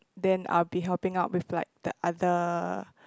then I'll be helping out with like the other